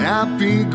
Happy